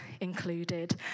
included